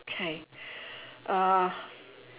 okay uh